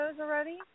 already